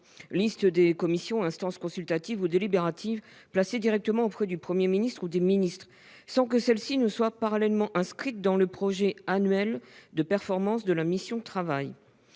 listes des commissions, instances consultatives ou délibératives placées directement auprès du Premier ministre ou des ministres, sans que celles-ci soient parallèlement inscrites dans le projet annuel de performance de la mission « Travail